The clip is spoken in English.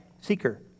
Seeker